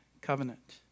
covenant